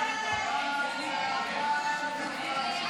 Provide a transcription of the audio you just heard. הצבעה.